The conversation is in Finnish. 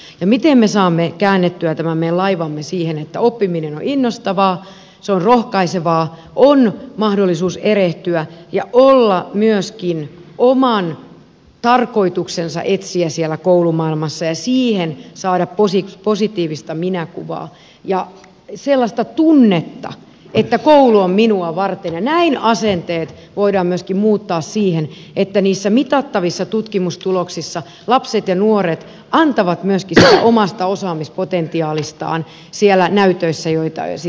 on kysymys siitä miten me saamme käännettyä tämän meidän laivamme siihen että oppiminen on innostavaa se on rohkaisevaa siinä on mahdollisuus erehtyä ja olla myöskin oman tarkoituksensa etsijä siellä koulumaailmassa ja siihen pitää saada positiivista minäkuvaa ja sellaista tunnetta että koulu on minua varten ja näin asenteet voidaan myöskin muuttaa siihen että niissä mitattavissa tutkimustuloksissa lapset ja nuoret antavat myöskin siitä omasta osaamispotentiaalistaan siellä näytöissä joita sitten mitataan